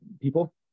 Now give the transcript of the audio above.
people